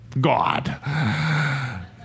God